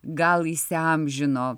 gal įsiamžino